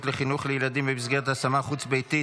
לחינוך לילדים במסגרת השמה חוץ-ביתית),